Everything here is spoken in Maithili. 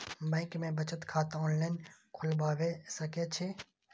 बैंक में बचत खाता ऑनलाईन खोलबाए सके छी?